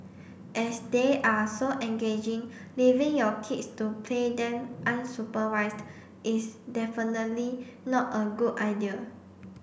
as they are so engaging leaving your kids to play them unsupervised is definitely not a good idea